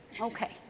Okay